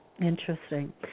Interesting